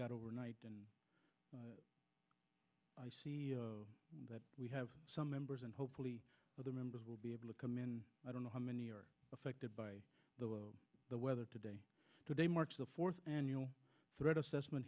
got overnight and i see that we have some members and hopefully the members will be able to come in i don't know how many are affected by the weather today today marks the fourth annual threat assessment